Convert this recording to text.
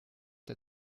der